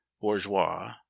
Bourgeois